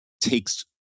takes